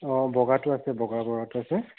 অঁ বগাটো আছে বগা বৰাটো আছে